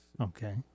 Okay